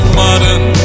modern